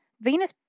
venus